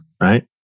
right